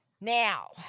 Now